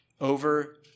over